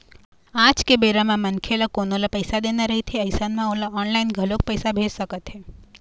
आज के बेरा म मनखे ल कोनो ल पइसा देना रहिथे अइसन म ओला ऑनलाइन घलोक पइसा भेज सकत हे